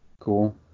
Cool